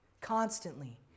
constantly